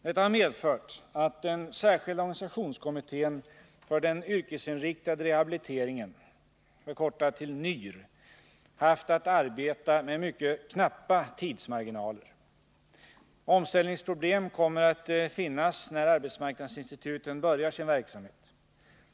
Detta har medfört att den särskilda organisationskommittén för den yrkesinriktade rehabiliteringen — NYR — haft att arbeta med mycket knappa tidsmarginaler. Omställningsproblem kommer att finnas när arbetsmarknadsinstituten börjar sin verksamhet.